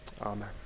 Amen